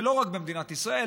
ולא רק במדינת ישראל,